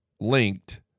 linked